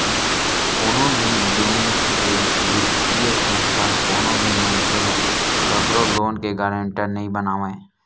कोनो भी बेंक ते बित्तीय संस्था कोनो भी मनखे ल कखरो लोन के गारंटर नइ बनावय